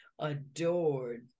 adored